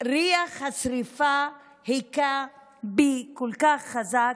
ריח השרפה הכה בי כל כך חזק,